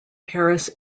paris